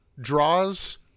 Draws